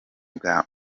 bwa